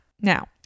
Now